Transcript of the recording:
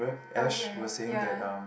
okay ya